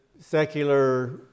secular